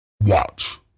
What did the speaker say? Watch